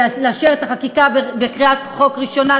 לאשר את החקיקה בקריאה ראשונה,